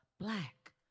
black